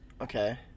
Okay